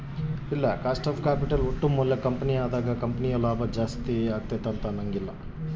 cost of capital ಒಟ್ಟು ಮೌಲ್ಯ ಕಮ್ಮಿ ಅದಾಗ ಕಂಪನಿಯ ಲಾಭ ಜಾಸ್ತಿ ಅಗತ್ಯೆತೆ